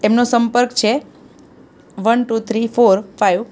એમનો સંપર્ક છે one two three four five